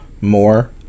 more